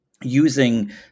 using